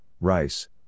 rice